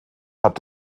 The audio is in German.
hat